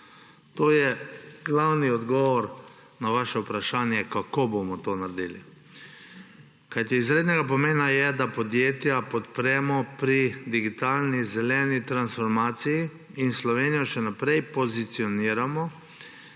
To je glavni odgovor na vaše vprašanje, kako bomo to naredili. Kajti izrednega pomena je, da podjetja podpremo pri digitalni, zeleni transformaciji in Slovenijo še naprej pozicioniramo